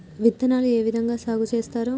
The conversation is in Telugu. విత్తనాలు ఏ విధంగా సాగు చేస్తారు?